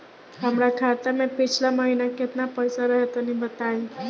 हमरा खाता मे पिछला महीना केतना पईसा रहे तनि बताई?